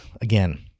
again